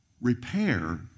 repair